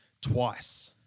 twice